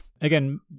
again